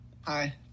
Hi